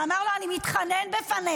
ואמר לו: אני מתחנן בפניך,